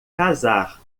casar